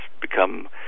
become